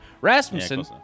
Rasmussen